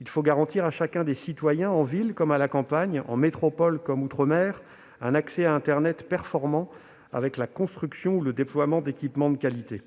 il faut garantir à chaque citoyen, en ville comme à la campagne, en métropole comme outre-mer, un accès à internet performant avec la construction ou le déploiement d'équipements de qualité.